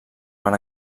van